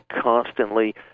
constantly